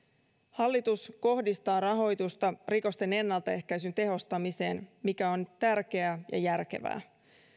hallitus kohdistaa rahoitusta rikosten ennaltaehkäisyn tehostamiseen mikä on tärkeää ja järkevää